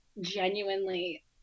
genuinely